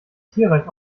tierreich